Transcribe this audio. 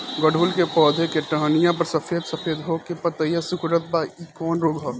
गुड़हल के पधौ के टहनियाँ पर सफेद सफेद हो के पतईया सुकुड़त बा इ कवन रोग ह?